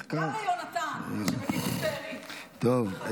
גם ליהונתן שבקיבוץ בארי, החלוץ.